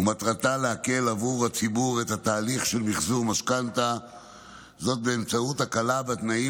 ומטרתה להקל עבור הציבור את התהליך של מחזור משכנתה באמצעות הקלה בתנאים